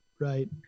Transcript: Right